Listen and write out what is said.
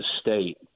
state